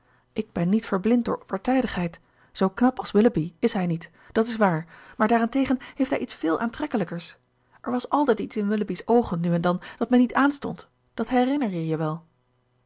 ik ben niet verblind door partijdigheid zoo knap als willoughby is hij niet dat is waar maar daarentegen heeft hij iets veel aantrekkelijkers er was altijd iets in willoughby's oogen nu en dan dat mij niet aanstond dat herinner je je wel